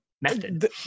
method